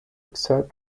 exert